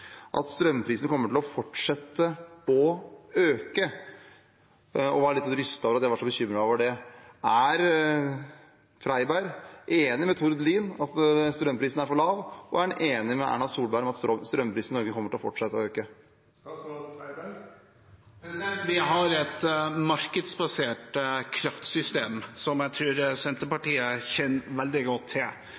at strømprisen kommer til å fortsette å øke, og var litt rystet over at jeg var så bekymret over det. Er Freiberg enig med Tord Lien i at strømprisen er for lav? Og er han enig med Erna Solberg i at strømprisen i Norge kommer til å fortsette å øke? Vi har et markedsbasert kraftsystem, som jeg tror Senterpartiet kjenner veldig godt til.